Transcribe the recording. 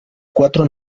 cuatro